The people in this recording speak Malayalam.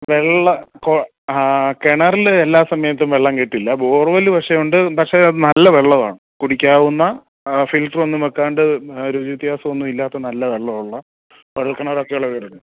വെള്ളം കൊ ആ കെണറിൽ എല്ലാ സമയത്തും വെള്ളം കിട്ടില്ല ബോർവെൽ പക്ഷേ ഉണ്ട് പക്ഷേ അത് നല്ല വെള്ളവാണ് കുടിക്കാവുന്ന ഫിൽട്ടറൊന്നും വെക്കാണ്ട് രുചി വ്യത്യാസം ഒന്നും ഇല്ലാത്ത നല്ല വെള്ളമുള്ള കുഴൽക്കിണറൊക്കെയുള്ള വീടുണ്ട്